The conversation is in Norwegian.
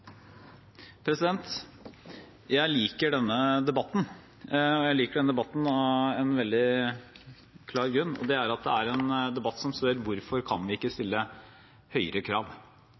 liker denne debatten. Jeg liker den av en veldig klar grunn, og det er at det er en debatt som spør: Hvorfor kan vi ikke stille høyere krav?